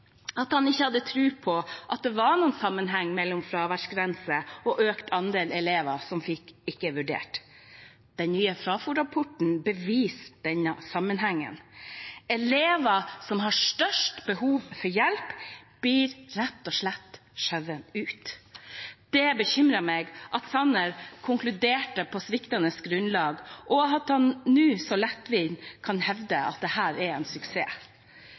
at han ikke hadde tro på at det var noen sammenheng mellom fraværsgrense og økt andel elever som fikk «ikke vurdert». Den nye Fafo-rapporten beviser denne sammenhengen. Elevene som har størst behov for hjelp, blir rett og slett skjøvet ut. Det bekymrer meg at statsråd Sanner konkluderte på sviktende grunnlag, og at han nå så lettvint kan hevde at dette er en suksess.